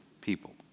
people